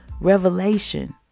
revelation